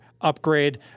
upgrade